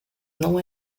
não